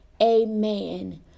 Amen